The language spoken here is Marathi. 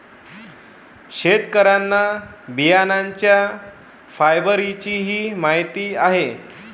शेतकऱ्यांना बियाण्यांच्या फायबरचीही माहिती आहे